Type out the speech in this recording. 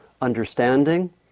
understanding